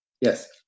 Yes